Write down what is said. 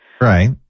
Right